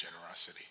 generosity